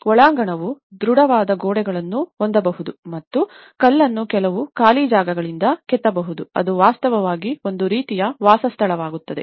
ಒಳಾಂಗಣವು ದೃಢವಾದ ಗೋಡೆಗಳನ್ನು ಹೊಂದಬಹುದು ಮತ್ತು ಕಲ್ಲನ್ನು ಕೆಲವು ಖಾಲಿಜಾಗಗಳಿಂದ ಕೆತ್ತಬಹುದು ಅದು ವಾಸ್ತವವಾಗಿ ಒಂದು ರೀತಿಯ ವಾಸಸ್ಥಳವಾಗುತ್ತದೆ